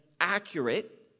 accurate